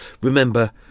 remember